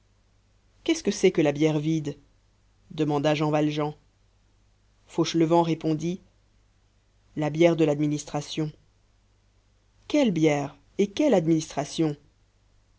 qu'est-ce que c'est que la bière vide demanda jean valjean fauchelevent répondit la bière de l'administration quelle bière et quelle administration